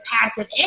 passive